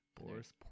boris